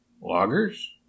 Loggers